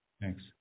Thanks